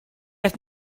qed